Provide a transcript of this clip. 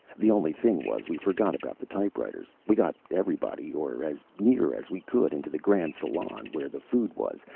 the only thing was, we forgot about the typewriters. we got everybody, or as near as we could, into the grand salon where the food was,